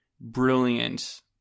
brilliant